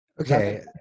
Okay